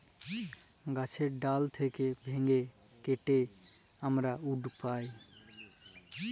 গাহাচের ডাল থ্যাইকে ভাইঙে কাটে আমরা উড পায়